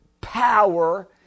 power